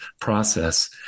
process